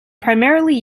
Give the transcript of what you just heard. primarily